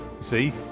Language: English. See